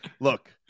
Look